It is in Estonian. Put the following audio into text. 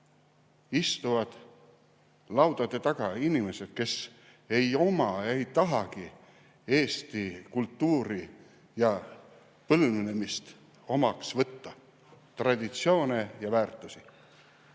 istuvad laudade taga inimesed, kes ei tahagi eesti kultuuri ja põlvnemist omaks võtta, [meie] traditsioone ja väärtusi.